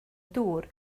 dŵr